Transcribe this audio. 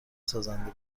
سازنده